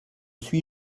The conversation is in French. suis